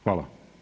Hvala.